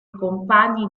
compagni